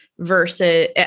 Versus